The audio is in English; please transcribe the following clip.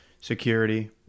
Security